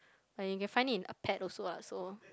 but you can find it in a pet also lah so